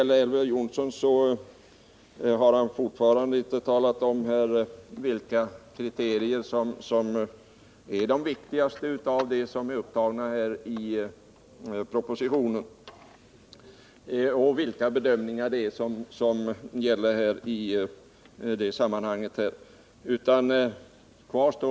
Elver Jonsson har fortfarande inte talat om vilka kriterier av dem som tas upp i propositionen som är viktigast och vilka bedömningar som gäller. Därför kvarstår min fråga i det avseendet.